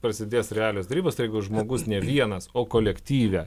prasidės realios derybos tai jeigu žmogus ne vienas o kolektyve